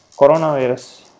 Coronavirus